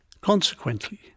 Consequently